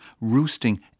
roosting